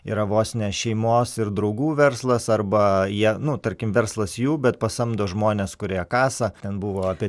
yra vos ne šeimos ir draugų verslas arba jie nu tarkim verslas jų bet pasamdo žmones kurie kasa ten buvo apie